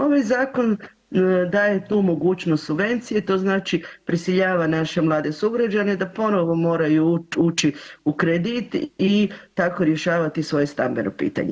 Ovaj zakon daje tu mogućnost subvencije, to znači prisiljava naše mlade sugrađane da ponovo moraju ući u kredit i tako rješavati svoje stambeno pitanje.